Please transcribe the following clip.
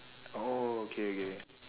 oh okay okay